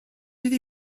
iddi